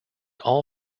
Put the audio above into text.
all